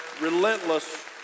relentless